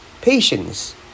patience